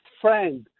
friend